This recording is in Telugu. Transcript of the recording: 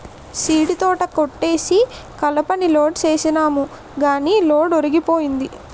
సీడీతోట కొట్టేసి కలపని లోడ్ సేసినాము గాని లోడు ఒరిగిపోయింది